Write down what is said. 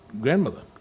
grandmother